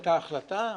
הייתה החלטה,